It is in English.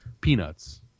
peanuts